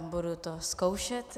Budu to zkoušet.